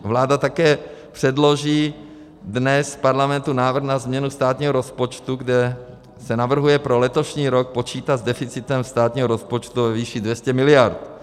Vláda také předloží dnes Parlamentu návrh na změnu státního rozpočtu, kde se navrhuje pro letošní rok počítat s deficitem státního rozpočtu ve výši 200 miliard.